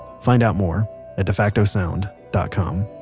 find out more at defactosound dot com.